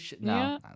No